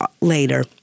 later